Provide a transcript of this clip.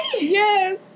Yes